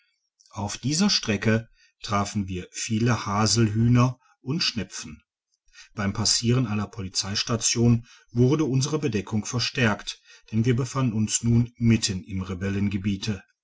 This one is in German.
auf dieser strecke trafen shajostrasse in taichu wir viele haselhühner und schnepfen beim passieren einer polizeistation wurde unsere bedeckung verstärkt denn wir befanden uns nun mitten im